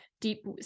deep